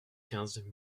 quinze